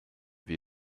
wie